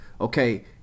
Okay